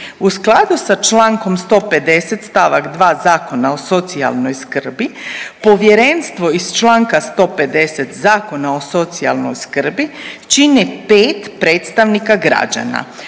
U skladu sa Člankom 150. stavak 2. Zakona o socijalnoj skrbi povjerenstvo iz Članka 150. Zakona o socijalnoj skrbi čini pet predstavnika građana